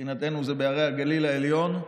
מבחינתנו זה בהרי הגליל העליון,